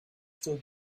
still